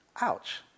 Ouch